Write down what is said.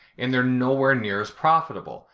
and they're nowhere near as profitable.